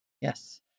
yes